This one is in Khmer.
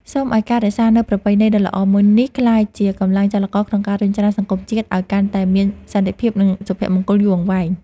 សូមឱ្យការរក្សានូវប្រពៃណីដ៏ល្អមួយនេះក្លាយជាកម្លាំងចលករក្នុងការរុញច្រានសង្គមជាតិឱ្យកាន់តែមានសន្តិភាព និងសុភមង្គលយូរអង្វែង។